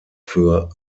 für